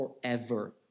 forever